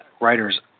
writer's